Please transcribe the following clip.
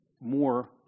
more